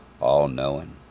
all-knowing